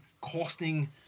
costing